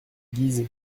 guise